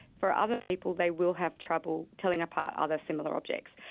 for other people they will have trouble telling apart other similar objects.